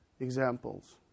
Examples